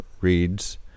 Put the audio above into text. reads